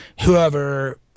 whoever